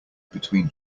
between